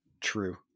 true